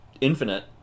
Infinite